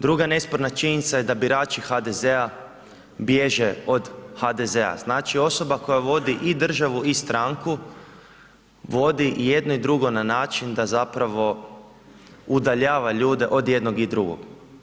Druga nesporna činjenica je da birači HDZ-a bježe od HDZ-a, znači, osoba koja vodi i državu i stranku vodi i jedno i drugo na način da zapravo udaljava ljude od jednog i drugog.